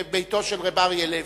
מביתו של רב אריה לוין.